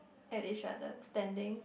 at each other standing